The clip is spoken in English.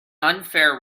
unfair